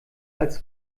als